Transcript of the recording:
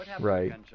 Right